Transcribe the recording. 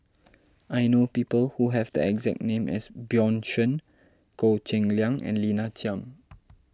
I know people who have the exact name as Bjorn Shen Goh Cheng Liang and Lina Chiam